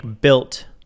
built